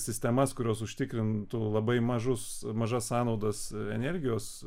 sistemas kurios užtikrintų labai mažus mažas sąnaudas energijos